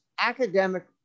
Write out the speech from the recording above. academic